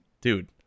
Dude